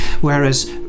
whereas